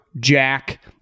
Jack